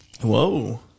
Whoa